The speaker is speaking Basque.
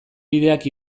bideak